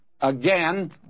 again